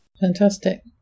Fantastic